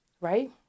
right